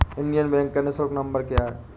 Indian Bank का निःशुल्क number क्या है?